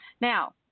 Now